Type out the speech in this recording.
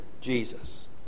Jesus